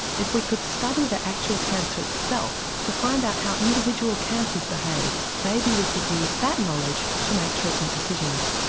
if we could study the actual cancer itself to find out how individual cancers behave, maybe we could use that knowledge to make treatment decisions.